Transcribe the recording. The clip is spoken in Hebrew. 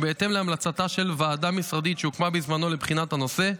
ובהתאם להמלצתה של ועדה משרדית שהוקמה בזמנו לבחינת הנושא,